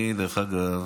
אני, דרך אגב,